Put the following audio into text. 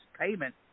payment